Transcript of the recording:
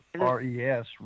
R-E-S